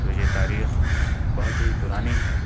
تو یہ تاریخ بہت ہی پرانی ہے